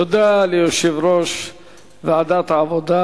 תודה ליושב-ראש ועדת העבודה,